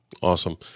Awesome